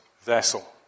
vessel